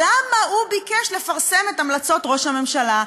למה הוא ביקש לפרסם את המלצות ראש הממשלה.